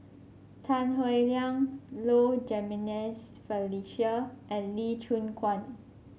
Tan Howe Liang Low Jimenez Felicia and Lee Choon Guan